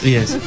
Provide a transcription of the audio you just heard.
Yes